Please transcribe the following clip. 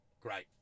Great